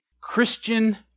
Christian